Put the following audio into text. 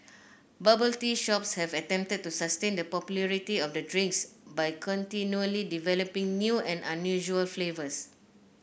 bubble tea shops have attempted to sustain the popularity of the drink by continually developing new and unusual flavours